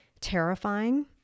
terrifying